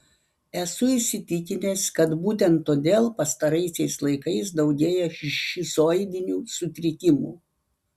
esu įsitikinęs kad būtent todėl pastaraisiais laikais daugėja šizoidinių sutrikimų